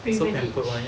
privileged